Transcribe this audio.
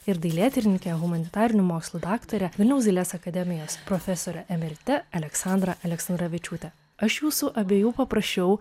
ir dailėtyrininke humanitarinių mokslų daktare vilniaus dailės akademijos profesore emerite aleksandra aleksandravičiūte aš jūsų abiejų paprašiau